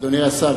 אדוני השר,